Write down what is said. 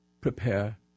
prepare